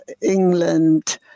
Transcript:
England